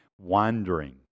wandering